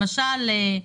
למשל,